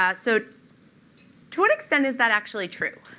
ah so to what extent is that actually true?